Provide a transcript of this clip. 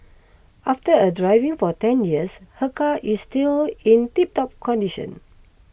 after a driving for ten years her car is still in tip top condition